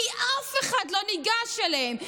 כי אף אחד לא ניגש אליהם,